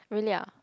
really ah